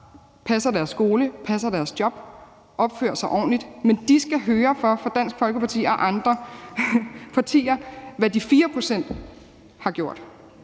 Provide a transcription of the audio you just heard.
passer deres skole, passer deres job og opfører sig ordentligt, men de skal fra Dansk Folkeparti og andre partier så høre for, hvad de 4 pct. har gjort.